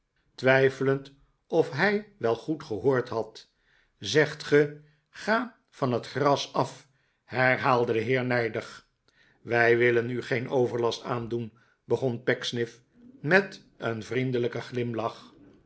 twijfelend of hij wel goed gehoord had zegt ge ga van het gras af herhaalde de heer nijdig wij willen u geen overlast aandoen begon pecksniff met een vriendelijken glimlach